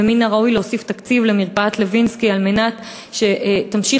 ומן הראוי להוסיף תקציב למרפאת לוינסקי על מנת שתמשיך